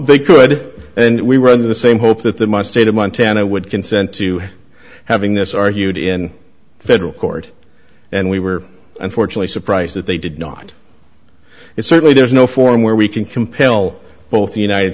they could and we were under the same hope that the my state of montana would consent to having this argued in federal court and we were unfortunately surprised that they did not and certainly there's no forum where we can compel both the united